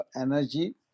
energy